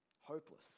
hopeless